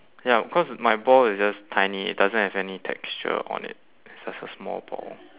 ya cause my ball is just tiny it doesn't have any texture on it it's just a small ball